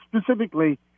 specifically